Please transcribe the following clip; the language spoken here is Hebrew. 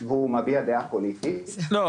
והוא מביע דעה פוליטית --- לא,